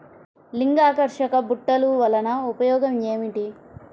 లింగాకర్షక బుట్టలు వలన ఉపయోగం ఏమిటి?